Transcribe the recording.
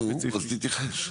אז תתייחס.